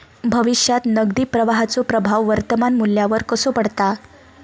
भविष्यात नगदी प्रवाहाचो प्रभाव वर्तमान मुल्यावर कसो पडता?